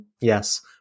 yes